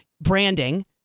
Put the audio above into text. branding